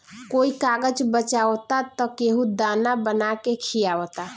कोई कागज बचावता त केहू दाना बना के खिआवता